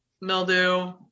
mildew